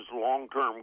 long-term